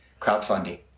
crowdfunding